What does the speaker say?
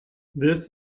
this